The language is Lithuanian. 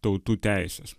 tautų teisės